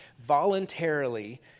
voluntarily